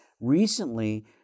recently